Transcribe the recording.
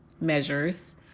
measures